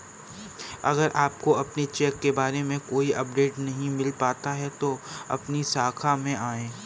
अगर आपको अपने चेक के बारे में कोई अपडेट नहीं मिल पाता है तो अपनी शाखा में आएं